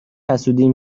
حسودیم